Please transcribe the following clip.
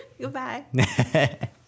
Goodbye